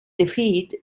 defeat